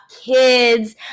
kids